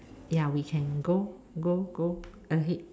ya we can go go go ahead